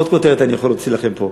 עוד כותרת אני יכול להוציא לכם פה.